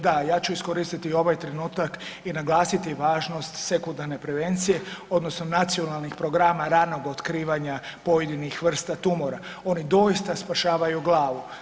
Da, ja ću iskoristiti ovaj trenutak i naglasiti važnost sekundarne prevencije odnosno nacionalnih programa ranog otkrivanja pojedinih vrsta tumora, oni doista spašavaju glavu.